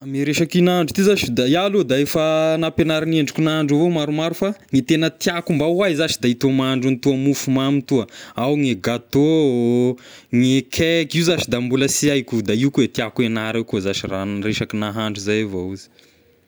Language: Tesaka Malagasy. Amy resaky nahandro ty zashy da iaho aloha da efa nampiaganarin' iendriko nahandro avao maromaro fa ny tegna tiako mba ho hay zashy da ito mahandro an'itoa mofomamy toa, ao gne gateau, gne cake, io zashy da mbola sy haiko, da io koa tiako hiagnara koa zashy raha ny resaky nahandro zay avao izy.